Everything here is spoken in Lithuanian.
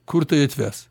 kur tai atves